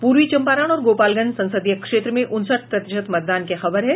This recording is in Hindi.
पूर्वी चंपारण और गोपालगंज संसदीय क्षेत्र में उनसठ प्रतिशत मतदान की खबर है